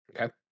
Okay